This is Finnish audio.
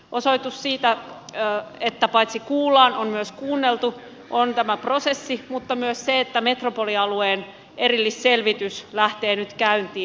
osoitus siitä että paitsi kuullaan on myös kuunneltu on tämä prosessi mutta myös se että metropolialueen erillisselvitys lähtee nyt käyntiin